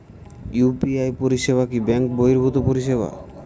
UPI পরিসেবা কি bank বর্হিভুত পরিসেবা?